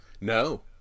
No